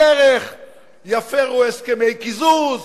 בדרך יפירו הסכמי קיזוז,